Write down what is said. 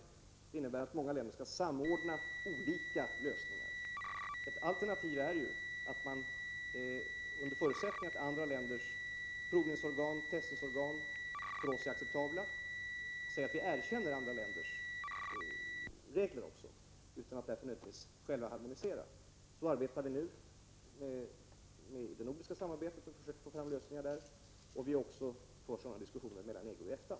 Den innebär att många länder skall samordna olika lösningar. Ett alternativ är att vi, under förutsättning att andra länders provningsorgan och testningsorgan är för oss acceptabla, säger att vi erkänner de andra ländernas regler utan att det nödvändigtvis blir en harmonisering. Så gör vi nu i det nordiska samarbetet, och vi för diskussioner om liknande samarbetsformer när det gäller EG och EFTA.